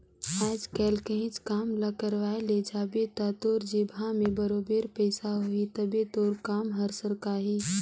आएज काएल काहींच काम ल करवाए ले जाबे ता तोर जेबहा में बरोबेर पइसा होही तबे तोर काम हर सरकही